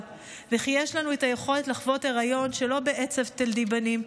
וכי יש לנו את היכולת לחוות היריון שלא "בעצב תלדי בנים",